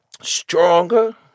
stronger